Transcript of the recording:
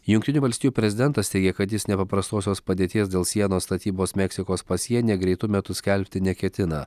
jungtinių valstijų prezidentas teigia kad jis nepaprastosios padėties dėl sienos statybos meksikos pasienyje greitu metu skelbti neketina